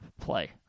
play